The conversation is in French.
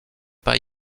pas